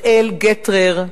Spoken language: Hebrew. בת-אל גטרר,